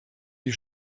die